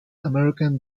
american